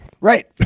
Right